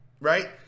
right